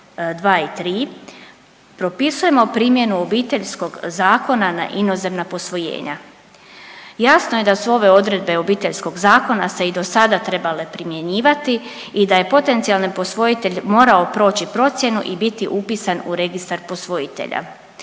2 i 3 propisujemo primjenu Obiteljskog zakona na inozemna posvojenja. Jasno je da su ove odredbe Obiteljskog zakona se i do sada trebale primjenjivati i da je potencijalni posvojitelj morao proći procjenu i biti upisan u registar posvojitelja.